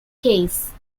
case